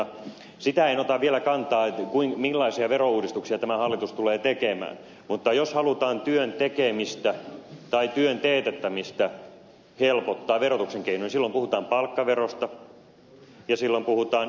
siihen en ota vielä kantaa millaisia verouudistuksia tämä hallitus tulee tekemään mutta jos halutaan työn tekemistä tai työn teetättämistä helpottaa verotuksen keinoin silloin puhutaan palkkaverosta ja silloin puhutaan yhteisöverosta